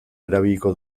erabiliko